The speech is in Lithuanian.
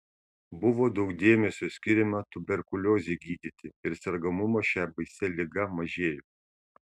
buvo daug dėmesio skiriama tuberkuliozei gydyti ir sergamumas šia baisia liga mažėjo